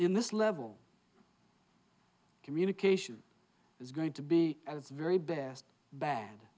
in this level communication is going to be at its very best bad